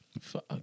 Fuck